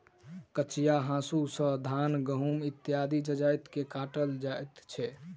कचिया हाँसू सॅ धान, गहुम इत्यादि जजति के काटल जाइत छै